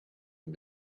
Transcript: and